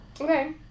okay